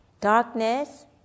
darkness